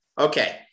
Okay